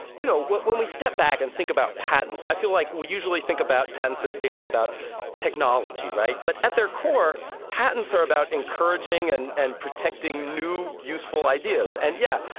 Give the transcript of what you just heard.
you know, when we step back and think about patents, i feel like we usually think about patents as being all about technology right? but at their core, patents are about encouraging and and protecting new, useful ideas. and, yeah,